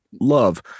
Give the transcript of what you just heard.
love